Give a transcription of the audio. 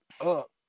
up